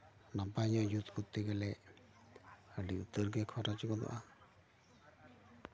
ᱱᱟᱯᱟᱭ ᱧᱚᱜ ᱡᱩᱛ ᱠᱚᱨᱛᱮ ᱜᱮᱞᱮ ᱟᱹᱰᱤ ᱩᱛᱟᱹᱨ ᱜᱮ ᱠᱷᱚᱨᱚᱪ ᱜᱚᱫᱚᱜᱼᱟ